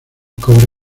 cobre